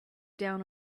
down